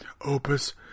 opus